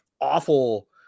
awful